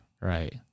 right